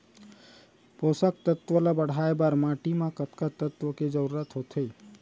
पोसक तत्व ला बढ़ाये बर माटी म कतका तत्व के जरूरत होथे?